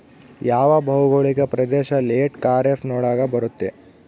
ಯಾವ ಭೌಗೋಳಿಕ ಪ್ರದೇಶ ಲೇಟ್ ಖಾರೇಫ್ ನೊಳಗ ಬರುತ್ತೆ?